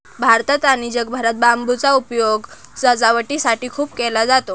भारतात आणि जगभरात बांबूचा उपयोग सजावटीसाठी खूप केला जातो